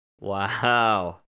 Wow